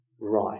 right